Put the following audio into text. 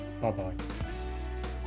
Bye-bye